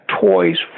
toys